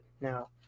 now